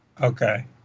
okay